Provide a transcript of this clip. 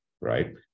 right